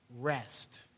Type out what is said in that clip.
rest